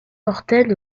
portaient